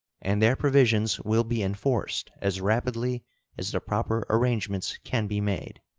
and their provisions will be enforced as rapidly as the proper arrangements can be made.